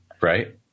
right